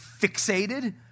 fixated